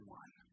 one